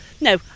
no